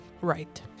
right